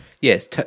Yes